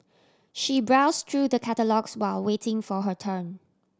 she browse through the catalogues while waiting for her turn